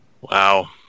Wow